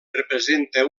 representa